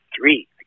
three